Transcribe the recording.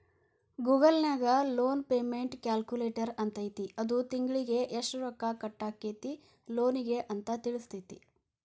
Google ನ್ಯಾಗ loan payment calculator ಅಂತೈತಿ ಅದು ತಿಂಗ್ಳಿಗೆ ಯೆಷ್ಟ್ ರೊಕ್ಕಾ ಕಟ್ಟಾಕ್ಕೇತಿ ಲೋನಿಗೆ ಅಂತ್ ತಿಳ್ಸ್ತೆತಿ